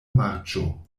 marĉo